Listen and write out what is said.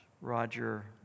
Roger